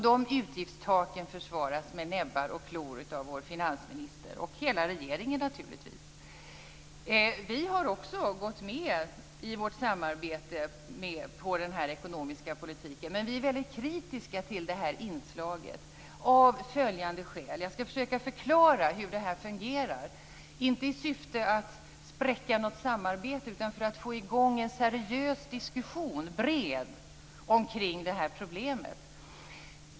De utgiftstaken försvaras med näbbar och klor av vår finansminister, och naturligtvis av hela regeringen. Vi i Vänsterpartiet har i vårt samarbete gått med på den ekonomiska politiken. Men vi är väldigt kritiska till det inslaget av följande skäl. Jag skall försöka att förklara hur det här fungerar inte i syfte att spräcka något samarbete utan för att få i gång en bred seriös diskussion kring det här problemet.